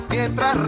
Mientras